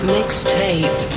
Mixtape